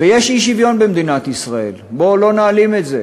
ויש אי-שוויון במדינת ישראל, בואו לא נעלים את זה.